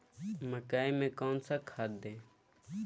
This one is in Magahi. मकई में कौन सा खाद दे?